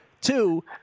Two